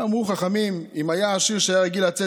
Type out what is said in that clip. אמרו חכמים: אם היה עשיר שהיה רגיל לצאת